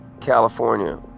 California